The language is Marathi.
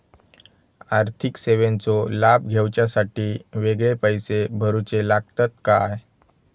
आर्थिक सेवेंचो लाभ घेवच्यासाठी वेगळे पैसे भरुचे लागतत काय?